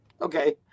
okay